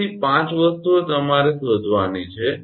તેથી 5 વસ્તુઓ તમારે શોધવની છે